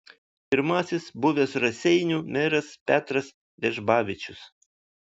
pirmasis buvęs raseinių meras petras vežbavičius